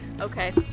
Okay